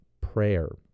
prayer